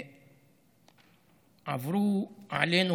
עברו עלינו,